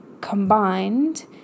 combined